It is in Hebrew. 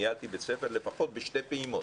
ניהלתי בית ספר בשתי פעימות